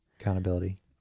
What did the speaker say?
Accountability